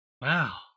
Wow